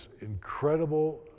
incredible